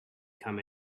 come